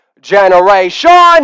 GENERATION